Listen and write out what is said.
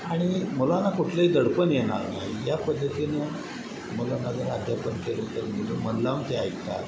आणि मुलांना कुठलंही दडपण येणार नाही या पद्धतीने मुलांना जर अध्यापन केलं तर मुलं मन लावून ते ऐकतात